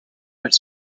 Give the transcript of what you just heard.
elles